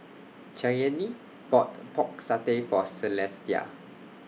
Cheyanne bought Pork Satay For Celestia